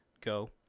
go